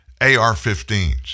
AR-15s